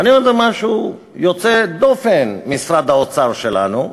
משהו יוצא דופן, משרד האוצר שלנו.